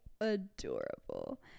adorable